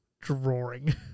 drawing